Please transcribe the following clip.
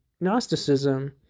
Gnosticism